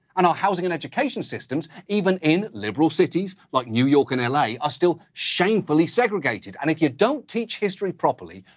and our housing and education systems even in liberal cities, like new york and l a. are still shamefully segregated. and if you don't teach history properly,